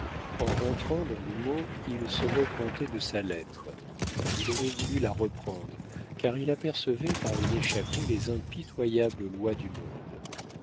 en rentrant dans l'houmeau il se repentait de sa lettre il aurait voulu la reprendre car il apercevait par une échappée les impitoyables lois du monde